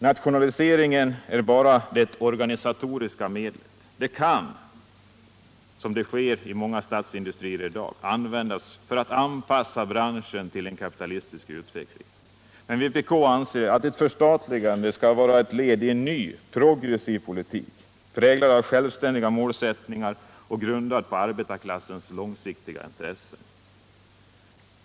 Nationaliseringen är bara det organisatoriska medlet. Den kan, som sker i många statsindustrier i dag, användas för att anpassa branschen till en kapitalistisk utveckling. Men vpk avser att ett förstatligande skall vara ett led i en ny, progressiv politik, präglad av självständiga målsättningar och grundad på arbetarklassens långsiktiga intressen.